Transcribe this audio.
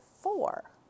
four